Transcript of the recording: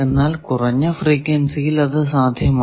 എന്നാൽ കുറഞ്ഞ ഫ്രീക്വൻസിയിൽ അത് സാധ്യമാണ്